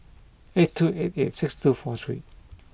eight two eight eight six two four three